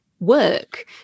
work